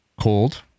cold